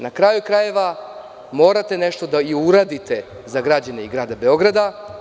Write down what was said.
Na kraju, krajeva morate nešto i da uradite za građane i grada Beograda.